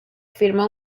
firmó